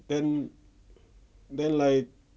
then then like